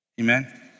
Amen